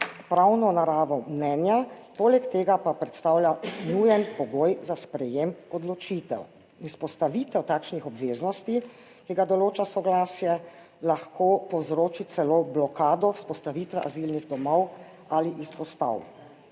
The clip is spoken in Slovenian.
pravno naravo mnenja, poleg tega pa predstavlja nujen pogoj za sprejem odločitev. Vzpostavitev takšnih obveznosti, ki ga določa soglasje, lahko povzroči celo blokado vzpostavitve azilnih domov ali izpostav.